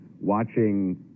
watching